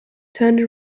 turned